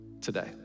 today